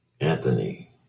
Anthony